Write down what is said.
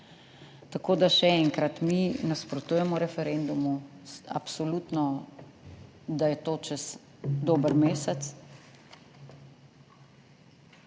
Tako da še enkrat, mi nasprotujemo referendumu, absolutno, da je to čez dober mesec.